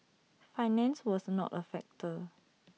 finance was not A factor